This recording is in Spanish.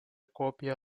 copia